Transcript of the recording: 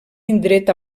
indret